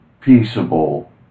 peaceable